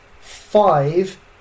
five